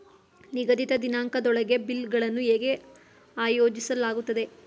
ನಿಗದಿತ ದಿನಾಂಕದೊಳಗೆ ಬಿಲ್ ಗಳನ್ನು ಹೇಗೆ ಆಯೋಜಿಸಲಾಗುತ್ತದೆ?